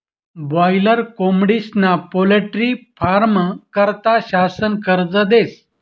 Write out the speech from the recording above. boiler कोंबडीस्ना poultry फारमं करता शासन कर्ज देस